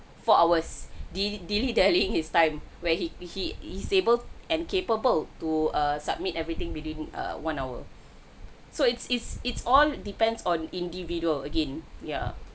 four hours dilly dilly dallying his time where he he is able and capable to err submit everything within err one hour so it's it's it's all depends on individual again yeah